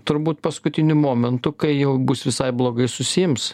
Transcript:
turbūt paskutiniu momentu kai jau bus visai blogai susiims